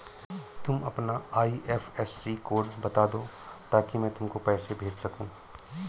तुम अपना IFSC code बता दो ताकि मैं तुमको पैसे भेज सकूँ